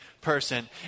person